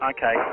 Okay